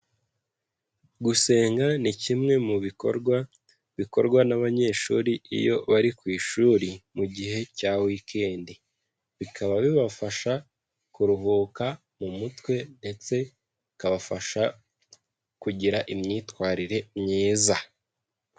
Gusenga ni kimwe mu bikorwa bikorwa n'abanyeshuri iyo bari ku ishuri mu gihe cya weekend, bikaba bibafasha kuruhuka mu mutwe ndetse bikabafasha kugira imyitwarire myiza.